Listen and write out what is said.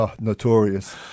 Notorious